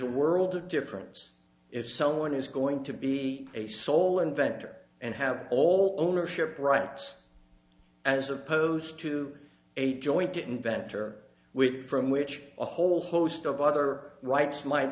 a world of difference if someone is going to be a sole inventor and have all ownership rights as opposed to a joint good inventor with it from which a whole host of other rights might